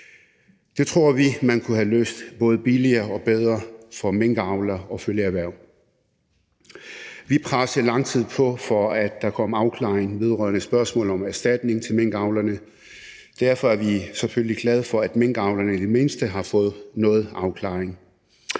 Det tror vi man kunne have løst både billigere og bedre for minkavlere og følgeerhverv. Vi pressede i lang tid på for, at der kom en afklaring vedrørende spørgsmål om erstatning til minkavlerne, og derfor er vi selvfølgelig glade for, at minkavlerne i det mindste har fået nogen afklaring.